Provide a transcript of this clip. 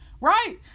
Right